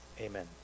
Amen